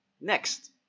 Next